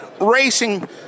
racing